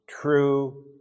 true